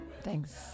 Thanks